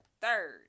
third